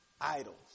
idols